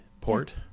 port